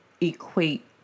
equate